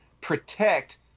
protect